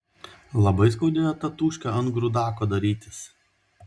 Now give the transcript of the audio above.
labai skaudėjo tatūškę ant grūdako darytis